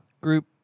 group